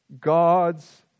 God's